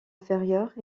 inférieures